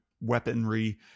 weaponry